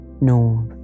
north